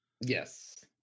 yes